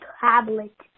tablet